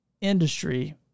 industry